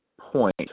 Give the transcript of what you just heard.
point